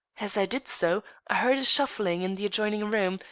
as i did so i heard a shuffling in the adjoining room,